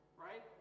right